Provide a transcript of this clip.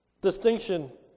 distinction